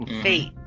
Fate